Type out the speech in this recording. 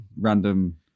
random